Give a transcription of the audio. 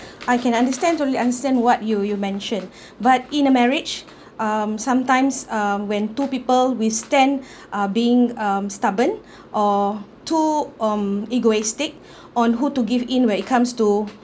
I can understand totally understand what you you mention but in a marriage um sometimes um when two people withstand are being um stubborn or too um egoistic on who to give in when it comes to